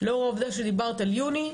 לאור העובדה שדיברת על יוני,